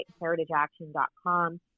heritageaction.com